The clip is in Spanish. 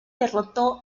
derrotó